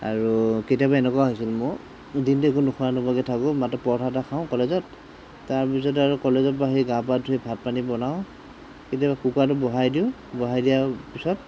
আৰু কেতিয়াবা এনেকুৱা হৈছিল মোৰ দিনটো একো নোখোৱা নোবোৱাকৈ থাকোঁ মাত্ৰ পৰঠা এটা খাওঁ কলেজত তাৰপিছত আৰু কলেজৰ পৰা আহি গা পা ধুই ভাত পানী বনাওঁ কেতিয়াবা কুকাৰটো বহাই দিওঁ বহাই দিয়াৰ পিছত